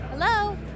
hello